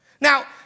Now